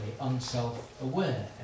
unself-aware